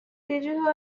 digital